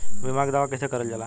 बीमा के दावा कैसे करल जाला?